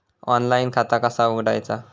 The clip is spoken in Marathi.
ऑनलाइन खाता कसा उघडायचा?